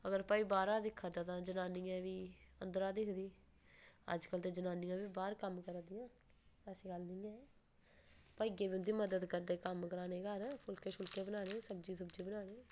अगर भाई बाह्रा दा दिक्खै ता जनानियां गी बी अंदरा दा दिखदी अजकल ते जनानियां बी बाह्र कम करै दियां ऐसी गल्ल नेईं ऐ भाई अग्गे धोंदी मदद करदे कम्म करांदे घर फुलके बनाने सब्जी बनानी